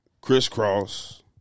Crisscross